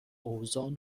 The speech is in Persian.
اوزان